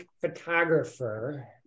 photographer